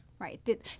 Right